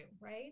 right